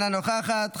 אינה נוכחת,